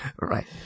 Right